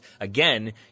Again